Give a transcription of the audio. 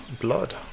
blood